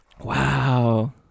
wow